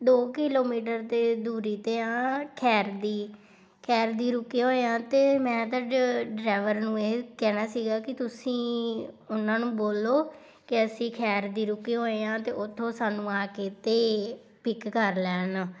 ਦੋ ਕਿਲੋਮੀਟਰ ਤੇ ਦੂਰੀ 'ਤੇ ਆ ਖੈਰਦੀ ਖੈਰਦੀ ਰੁਕੇ ਹੋਏ ਹਾਂ ਅਤੇ ਮੈਂ ਤੁਹਾਡੇ ਡਰਾਈਵਰ ਨੂੰ ਇਹ ਕਹਿਣਾ ਸੀਗਾ ਕਿ ਤੁਸੀਂ ਉਹਨਾਂ ਨੂੰ ਬੋਲੋ ਕਿ ਅਸੀਂ ਖੈਰਦੀ ਰੁਕੇ ਹੋਏ ਹਾਂ ਅਤੇ ਉੱਥੋਂ ਸਾਨੂੰ ਆ ਕੇ ਅਤੇ ਪਿੱਕ ਕਰ ਲੈਣ